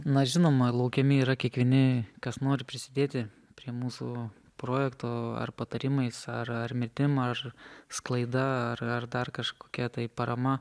na žinoma laukiami yra kiekvieni kas nori prisidėti prie mūsų projekto ar patarimais ar ar mintim ar sklaida ar ar dar kažkokia tai parama